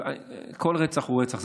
כל רצח הוא רצח,